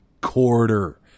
quarter